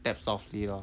type softly lor